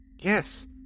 Yes